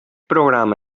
programa